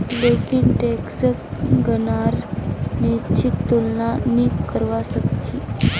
लेकिन टैक्सक गणनार निश्चित तुलना नी करवा सक छी